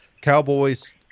Cowboys